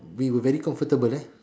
we were very comfortable eh